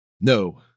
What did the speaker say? no